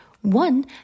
One